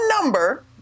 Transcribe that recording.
number